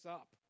up